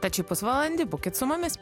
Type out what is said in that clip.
tad šį pusvalandį būkit su mumis